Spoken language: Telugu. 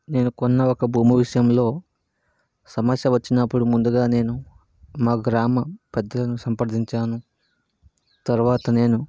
నేను కొన్న ఒక భూమి విషయంలో సమస్య వచ్చినప్పుడు ముందుగా నేను మా గ్రామ పెద్దలను సంప్రదించాను తర్వాత నేను